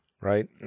right